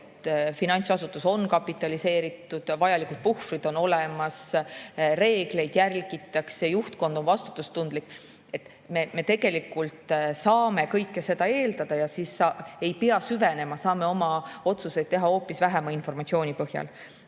et finantsasutus on kapitaliseeritud, vajalikud puhvrid on olemas, reegleid järgitakse, juhtkond on vastutustundlik. Me tegelikult saame kõike seda eeldada ja siis ei pea süvenema, saame oma otsuseid teha hoopis vähema informatsiooni põhjal.